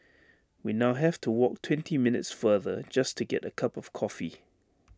we now have to walk twenty minutes farther just to get A cup of coffee